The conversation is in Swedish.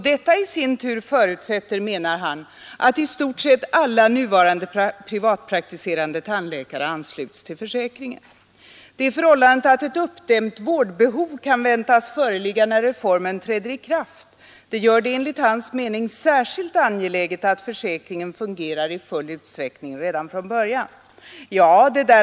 Detta i sin tur förutsätter, menar han, att i stort sett alla nuvarande privatpraktiserande tandläkare ansluts till försäkringen. Det förhållandet att ett uppdämt vårdbehov kan väntas föreligga när reformen träder i kraft gör det enligt hans mening särskilt angeläget att försäkringen fungerar i full utsträckning redan från början.